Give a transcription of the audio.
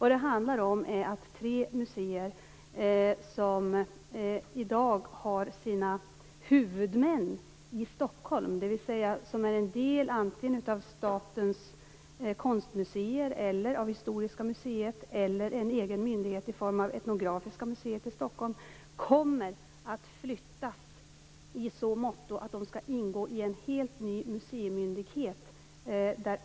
Det handlar om att tre museer som i dag har sina huvudmän i Stockholm - de är alltså antingen en del av Statens konstmuseer eller Historiska museet eller en egen myndighet i form av Etnografiska museet i Stockholm - kommer att flyttas. De skall ingå i en helt ny museimyndighet.